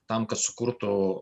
tam kad sukurtų